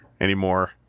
anymore